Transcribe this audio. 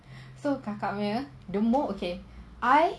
so kakak punya the more okay I